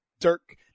Dirk